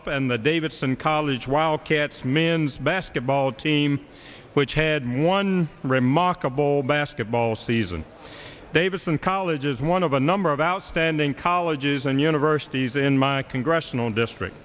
op and the davidson college wildcats men's basketball team which had one remarkable basketball season davidson college is one of a number of outstanding colleges and universities in my congressional district